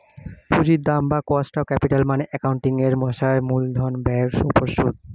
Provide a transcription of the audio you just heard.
পুঁজির দাম বা কস্ট অফ ক্যাপিটাল মানে অ্যাকাউন্টিং এর ভাষায় মূলধন ব্যয়ের উপর সুদ